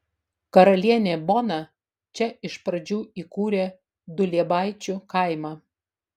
karalienė bona čia iš pradžių įkūrė duliebaičių kaimą